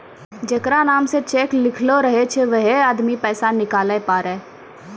जेकरा नाम से चेक लिखलो रहै छै वैहै आदमी पैसा निकालै पारै